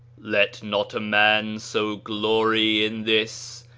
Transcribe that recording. let not a man so glory in this,